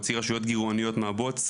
להוציא רשויות גרעוניות מהבוץ.